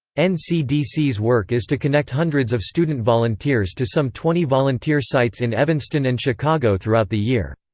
ncdc's work is to connect hundreds of student volunteers to some twenty volunteer sites in evanston and chicago throughout the year.